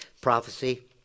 prophecy